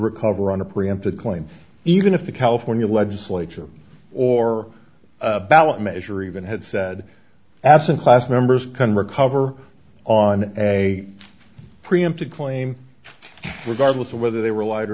recover on a preemptive claim even if the california legislature or ballot measure even had said absent class members can recover on a preemptive claim regardless of whether they were lied or